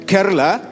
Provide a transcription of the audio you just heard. Kerala